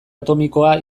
atomikoa